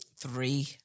Three